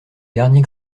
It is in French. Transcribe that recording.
dernier